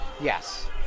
Yes